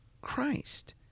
Christ